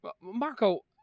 Marco